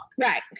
Right